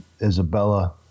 Isabella